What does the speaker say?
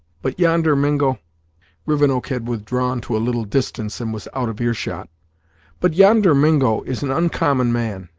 but yonder mingo rivenoak had withdrawn to a little distance, and was out of earshot but yonder mingo is an oncommon man,